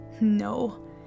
No